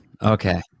okay